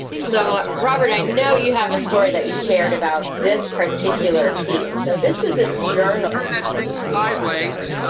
so robert i know you have a story that you shared about this particular piece. this is a like journal. and turn that thing sideways,